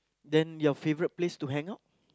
then your favourite place to hang out